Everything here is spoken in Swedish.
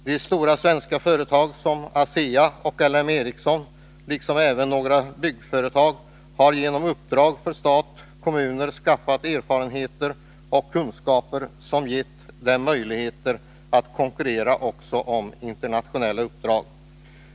De stora svenska företagen, som ASEA och LM Ericsson liksom även några byggföretag, har genom uppdrag för staten och kommunerna skaffat erfarenheter och kunskaper som gett dem möjligheter att konkurrera också om internationella uppdrag.